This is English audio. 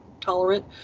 tolerant